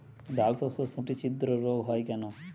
ডালশস্যর শুটি ছিদ্র রোগ হয় কেন?